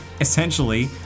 essentially